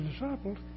disciples